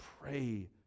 pray